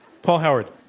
paul howard.